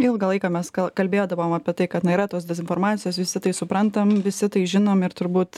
ilgą laiką mes kalbėdavom apie tai kad na yra tos dezinformacijos visi tai suprantam visi tai žinom ir turbūt